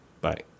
Bye